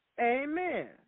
Amen